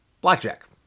Blackjack